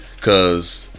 Cause